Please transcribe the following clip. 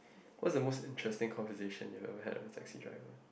what's the most interesting conversation you ever had with a taxi driver